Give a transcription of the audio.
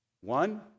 One